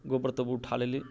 गोबर तोबर उठा लेली